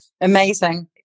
amazing